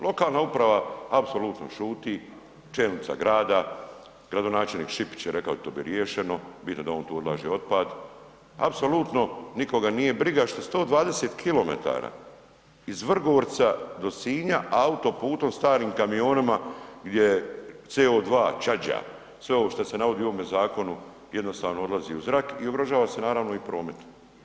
Lokalna uprava apsolutno šuti, čelnica grada, gradonačelnik Šipić je rekao da će to biti riješeno bitno da on tu odlaže otpad, apsolutno nikoga nije briga što 120 km iz Vrgorca do Sinja autoputom starim kamionima gdje CO2, čađa sve ovo šta se navodi u ovome zakonu jednostavno odlazi u zrak i ugrožava se naravno i promet.